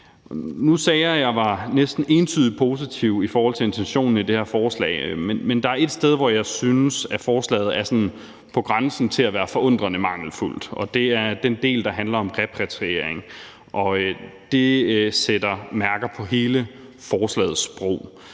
Nu sagde jeg, at jeg var næsten entydigt positiv i forhold til intentionen i det her forslag, men der er ét sted, hvor jeg synes, at forslaget er sådan på grænsen til at være forundrende mangelfuldt, og det er den del, der handler om repatriering. Det sætter mærker på hele forslagets sprog.